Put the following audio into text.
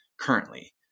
currently